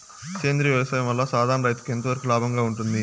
సేంద్రియ వ్యవసాయం వల్ల, సాధారణ రైతుకు ఎంతవరకు లాభంగా ఉంటుంది?